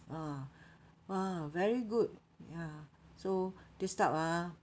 ah ah very good ya so this type ah